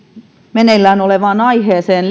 meneillään olevaan aiheeseen